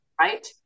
right